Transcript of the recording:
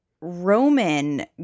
Roman